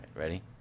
Ready